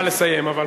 נא לסיים, אבל באמת.